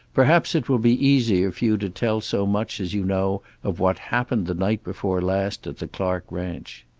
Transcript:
perhaps it will be easier for you to tell so much as you know of what happened the night before last at the clark ranch.